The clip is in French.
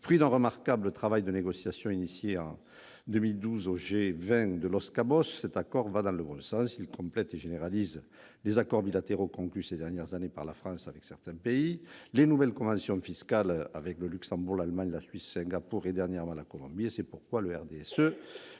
Fruit d'un remarquable travail de négociation engagé en 2012 lors de la réunion du G20 de Los Cabos, cet accord va dans le bon sens. Il complète et généralise les accords bilatéraux conclus ces dernières années par la France avec certains pays, notamment les nouvelles conventions fiscales avec le Luxembourg, l'Allemagne, la Suisse, Singapour et, dernièrement, la Colombie. Le RDSE